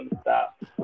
stop